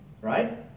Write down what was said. Right